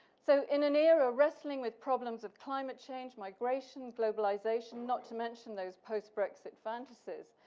so, in an era of wrestling with problems of climate change, migration, globalization, not to mention those post-brexit fantasies,